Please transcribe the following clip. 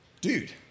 Dude